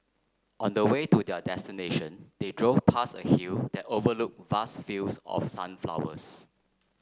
on the way to their destination they drove past a hill that overlooked vast fields of sunflowers